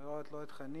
אני לא רואה לא את חנין,